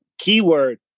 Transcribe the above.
Keyword